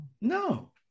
No